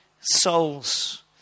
souls